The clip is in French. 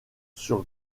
sur